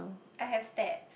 I have stats